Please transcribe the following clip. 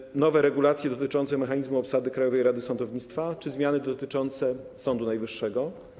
Chodzi o nowe regulacje dotyczące mechanizmu obsady Krajowej Rady Sądownictwa czy zmiany dotyczące Sądu Najwyższego.